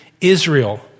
Israel